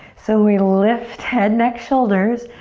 so we lift head, neck, shoulders.